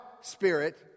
spirit